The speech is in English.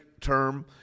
term